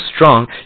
strong